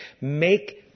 make